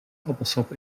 appelsap